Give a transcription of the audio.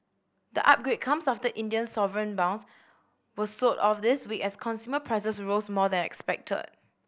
the upgrade comes after Indian sovereign bonds were sold off this week as consumer prices rose more than expected